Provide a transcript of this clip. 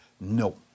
No